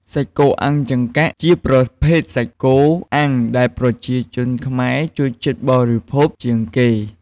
សាច់់គោអាំងចង្កាក់ជាប្រភេទសាច់គោអាំងដែលប្រជាជនខ្មែរចូលចិត្តបរិភោគជាងគេ។